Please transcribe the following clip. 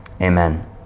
Amen